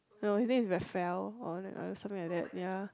no his name is Raphael or like uh something like that ya